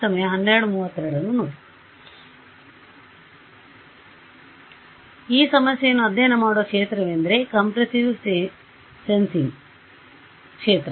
ಆದ್ದರಿಂದ ಈ ಸಮಸ್ಯೆಗಳನ್ನು ಅಧ್ಯಯನ ಮಾಡುವ ಕ್ಷೇತ್ರವೆಂದರೆ ಕಂಪ್ರೆಸ್ಸಿವ್ ಸೆಂಸಿಂಗ್ ಕ್ಷೇತ್ರ